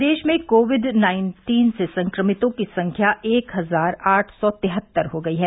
प्रदेश में covid nineteen से संक्रमितो की संख्या एक हजार आठ सौ तिहत्तर हो गई है